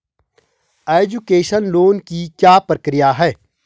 Education loan की क्या प्रक्रिया है?